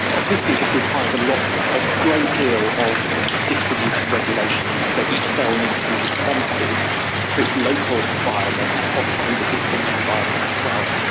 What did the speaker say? obviously this requires a ah great deal of distributed regulation, so each cell needs to be responsive to its local environment and possibly the distant environment as well.